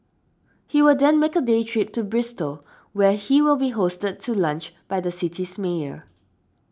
he will then make a day trip to Bristol where he will be hosted to lunch by the city's mayor